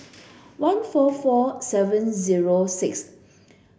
one four four seven zero six